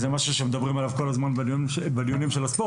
משהו שמדברים עליו בדיונים של הספורט.